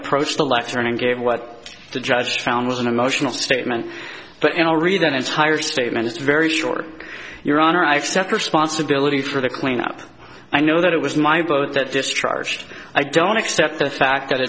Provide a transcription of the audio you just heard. approached the lectern and gave what the judge found was an emotional statement but i'll read an entire statement is very short your honor i accept responsibility for the cleanup i know that it was my boat that discharged i don't accept the fact that